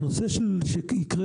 אם יקרה,